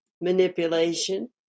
manipulation